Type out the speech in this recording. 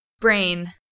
Brain